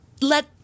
let